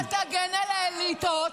אתם לקחתם את האקדמיה.